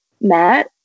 matt